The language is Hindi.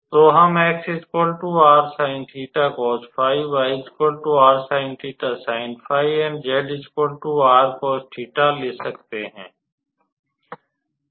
तो हम ले सकते हैं